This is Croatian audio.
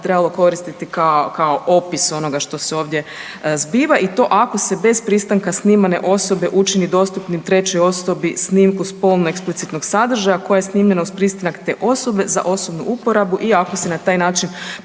trebalo koristiti kao opis onoga što se ovdje zbiva i to ako se bez pristanka snimane osobe učini dostupnim trećoj osobi snimku spolno eksplicitnog sadržaja koja je snimljena uz pristanak te osobe za osobnu uporabu i ako se na taj način